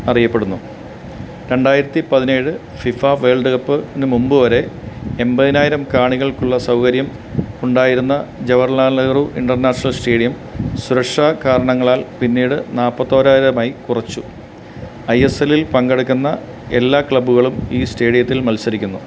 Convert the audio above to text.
അറിയപ്പെടുന്നു രണ്ടായിരത്തി പതിനേഴ് ഫിഫ വേൾഡ് കപ്പ്ന് മുൻപ് വരെ എൺപതിനായിരം കണികൾക്കുള്ള സൗകര്യം ഉണ്ടായിരുന്ന ജവാഹർലാൽ നെഹ്റു ഇൻറ്റർനാഷണൽ സ്റ്റേഡിയം സുരക്ഷാ കാരണങ്ങളാൽ പിന്നീട് നാൽപ്പത്തൊരായിരമായി കുറച്ചു ഐ എസ് ൽലിൽ പങ്കെടുക്കുന്ന എല്ലാ ക്ലബ്ബുകളും ഈ സ്റ്റേഡിയത്തിൽ മത്സരിക്കുന്നു